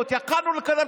שמאלני.